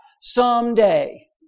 someday